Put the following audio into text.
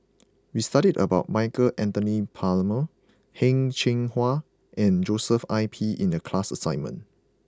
we studied about Michael Anthony Palmer Heng Cheng Hwa and Joshua Ip in the class assignment